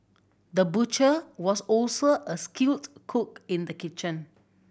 the butcher was also a skilled cook in the kitchen